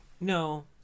No